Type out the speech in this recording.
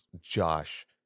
Josh